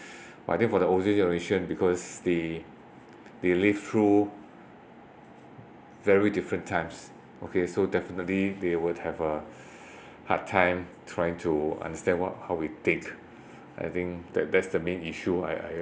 but then for the older generation because they they live through very different times okay so definitely they would have a hard time trying to understand what how we think I think that that's the main issue I